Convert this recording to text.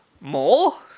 More